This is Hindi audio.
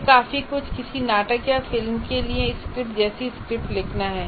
यह काफी कुछ किसी नाटक या फिल्म के लिए स्क्रिप्ट जैसी स्क्रिप्ट लिखना है